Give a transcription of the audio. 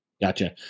Gotcha